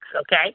okay